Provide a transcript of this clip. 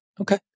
Okay